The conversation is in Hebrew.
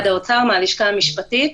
בתמצות.